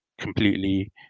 completely